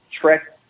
Trek